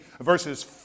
verses